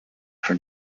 for